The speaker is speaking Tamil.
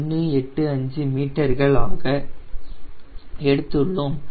185 மீட்டர்கள் ஆக எடுத்துள்ளோம்